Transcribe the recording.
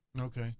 okay